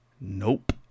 Nope